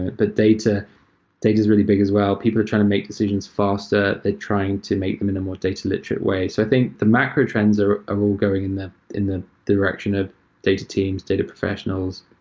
but data data is really big as well. people are trying to make decisions faster. they're trying to make them in a more data-literate way. so i think the macro trends are all ah going in the in the direction of data teams, data professionals,